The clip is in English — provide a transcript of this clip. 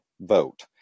vote